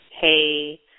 hey